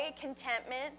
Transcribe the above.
contentment